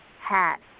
hat